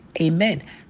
Amen